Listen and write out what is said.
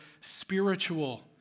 spiritual